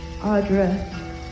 Audra